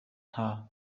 nta